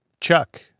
Chuck